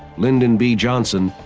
lyndon b. johnson,